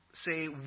say